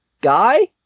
guy